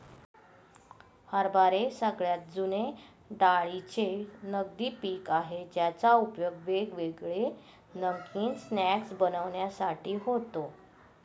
हरभरे सगळ्यात जुने डाळींचे नगदी पिक आहे ज्याचा उपयोग वेगवेगळे नमकीन स्नाय्क्स बनविण्यासाठी होतो